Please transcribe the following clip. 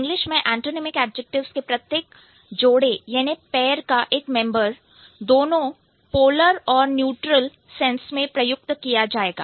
English में antonymic adjectives के प्रत्येक जोड़े का एक मेंबर दोनों polar and neutral पोलर और न्यूट्रल सेंस में प्रयुक्त किया जाएगा